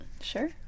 sure